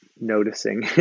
noticing